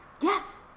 Yes